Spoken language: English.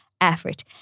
effort